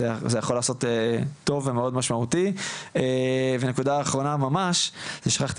זה יכול לעשות טוב ומאוד משמעותי ונקודה אחרונה ממש ששכחתי